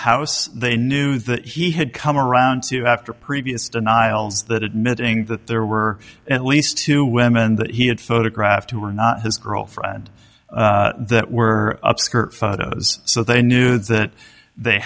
house they knew that he had come around to after previous denials that admitting that there were at least two women that he had photographed who were not his girlfriend that were up skirt photos so they knew that they